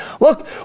look